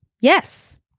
Yes